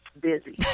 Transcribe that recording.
busy